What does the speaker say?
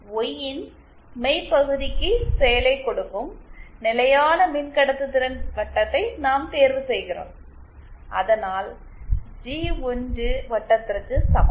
Y இன் மெய் பகுதிக்கு செயலைகொடுக்கும் நிலையான மின்கடத்துதிறன் வட்டத்தை நாம் தேர்வு செய்கிறோம் அதனால் ஜி 1 வட்டத்திற்கு சமம்